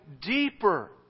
deeper